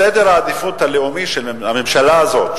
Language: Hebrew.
סדר העדיפות הלאומי של הממשלה הזאת,